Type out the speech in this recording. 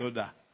תודה.